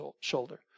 shoulder